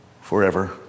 Forever